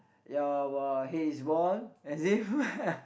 ya uh haze ball as if